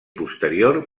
posterior